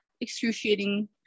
excruciating